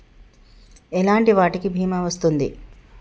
ఎలాంటి వాటికి బీమా వస్తుంది?